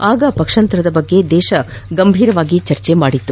ಆಗ ಪಕ್ಷಾಂತರದ ಬಗ್ಗೆ ದೇಶ ಗಂಭೀರವಾಗಿ ಚರ್ಚೆ ನಡೆಸಿತ್ತು